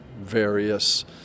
various